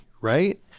Right